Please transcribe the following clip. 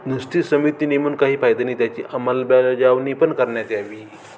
नुसती समिती नेमून काही फयदा नाही त्याची अंमलबजावणी पण करण्यात यावी